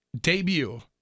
debut